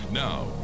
Now